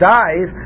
dies